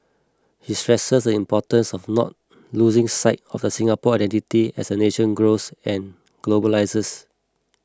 he stresses the importance of not losing sight of the Singapore identity as the nation grows and globalises